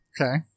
Okay